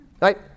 Right